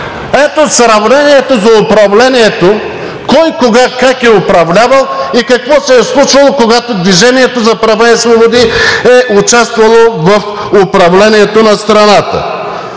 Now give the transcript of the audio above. Ето сравнението за управлението кой, кога, как е управлявал и какво се е случвало, когато „Движение за права и свободи“ е участвало в управлението на страната.